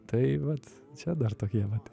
tai vat čia dar tokie vat